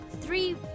three